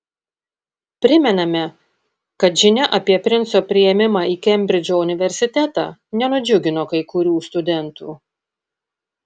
primename kad žinia apie princo priėmimą į kembridžo universitetą nenudžiugino kai kurių studentų